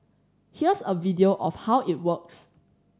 here's a video of how it works